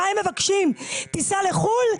מה הם מבקשים, טיסה לחו"ל?